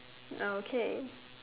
okay